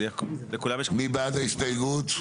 מי בעד ההסתייגות?